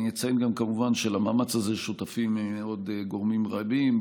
אני אציין גם כמובן שלמאמץ הזה שותפים עוד גורמים רבים,